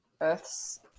Earth's